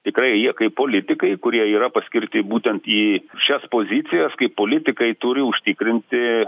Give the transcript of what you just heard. tikrai jie kaip politikai kurie yra paskirti būtent į šias pozicijas kaip politikai turi užtikrinti